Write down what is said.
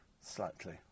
slightly